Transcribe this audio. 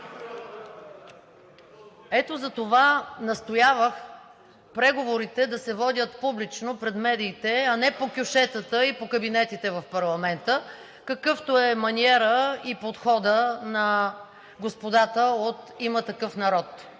Ето затова настоявах преговорите да се водят публично пред медиите, а не по кьошетата и по кабинетите в парламента, какъвто е маниерът и подходът на господата от „Има такъв народ“.